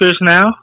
now